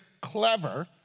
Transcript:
Clever